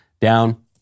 down